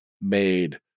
made